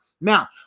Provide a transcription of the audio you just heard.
Now